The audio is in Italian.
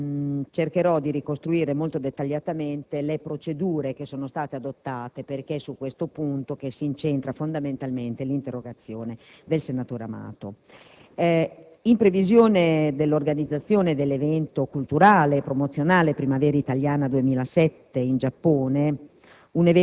cercherò di ricostruire molto dettagliatamente le procedure che sono state adottate perché è su questo punto che si incentra fondamentalmente l'interrogazione del senatore Amato. In previsione dell'organizzazione dell'evento culturale e promozionale «Primavera italiana 2007» in Giappone,